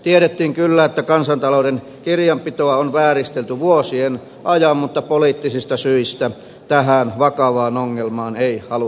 tiedettiin kyllä että kansantalouden kirjanpitoa on vääristelty vuosien ajan mutta poliittisista syistä tähän vakavaan ongelmaan ei haluttu puuttua